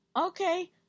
Okay